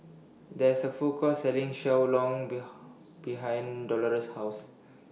There IS A Food Court Selling Xiao Long Bao behind Dolores' House